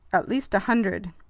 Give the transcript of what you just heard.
at least a hundred.